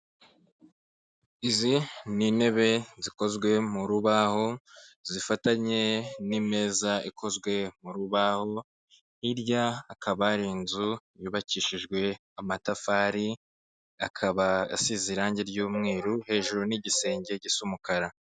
Izi ni intebe zikozwe mu rubaho zifatanye n'imeza ikozwe mu rubaho, hirya hakaba ari inzu yubakishijwe amatafari akaba asize irangi ry'umweru hejuru ni igisenge gisa umukara.